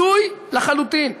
הזוי לחלוטין.